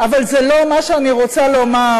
אבל זה לא מה שאני רוצה לומר.